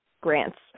grants